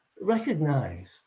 recognize